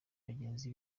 bagenzi